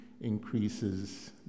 increases